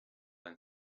and